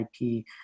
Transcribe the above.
IP